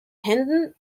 hendon